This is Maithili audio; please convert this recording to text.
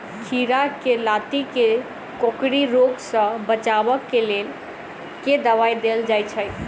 खीरा केँ लाती केँ कोकरी रोग सऽ बचाब केँ लेल केँ दवाई देल जाय छैय?